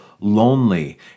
lonely